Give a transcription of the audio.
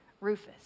Rufus